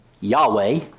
Yahweh